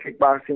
kickboxing